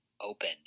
open